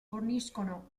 forniscono